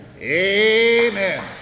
Amen